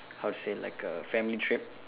how to say like a family trip